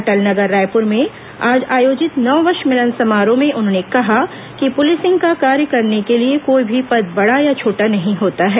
अटल नगर रायपुर में आज आयोजित नववर्ष मिलन समारोह में उन्होंने कहा कि पुलिसिंग का कार्य करने के लिए कोई भी पद बेड़ा या छोटा नहीं होता है